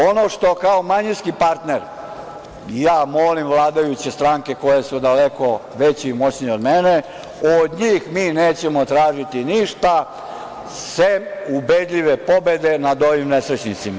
Ono što kao manjinski partner, ja molim vladajuće stranke koje su daleko veće i moćnije od mene od njih mi nećemo tražiti ništa, sem ubedljive pobede nad ovim nesrećnicima.